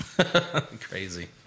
Crazy